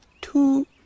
two